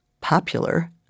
popular